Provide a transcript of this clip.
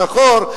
השחור.